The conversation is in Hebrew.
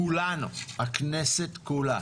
הכנסת כולה,